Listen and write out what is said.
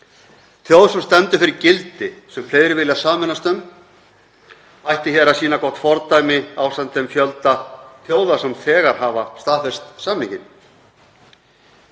sem stendur fyrir gildi sem fleiri vilja sameinast um, ætti að sýna gott fordæmi ásamt þeim fjölda þjóða sem þegar hafa staðfest samninginn.